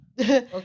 Okay